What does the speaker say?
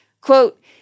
quote